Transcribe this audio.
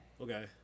Okay